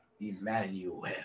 Emmanuel